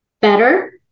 better